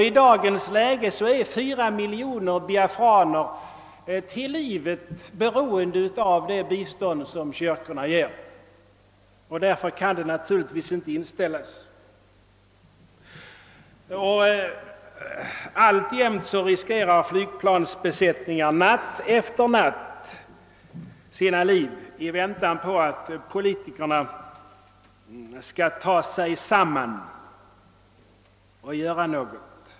I dagens läge är 4 miljoner biafraner till livet beroende av det bistånd som kyrkorna ger, och därför kan det naturligtvis inte inställas. Alltjämt riskerar flygplansbesättningarna natt efter natt sina liv i väntan på att politikerna skall ta sig samman och göra något.